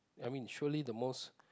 I mean surely the most